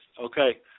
okay